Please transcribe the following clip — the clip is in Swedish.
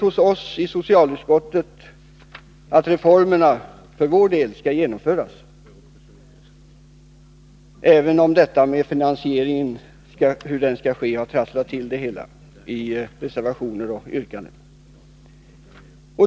Hos oss i socialutskottet finns en majoritet för att reformerna skall genomföras, trots att frågan om hur finansieringen skall ske har trasslat till det hela och föranlett reservationer och yrkanden.